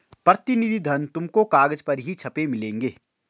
प्रतिनिधि धन तुमको कागज पर ही छपे मिलेंगे